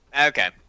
Okay